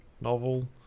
novel